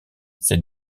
ces